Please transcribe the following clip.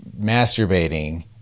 masturbating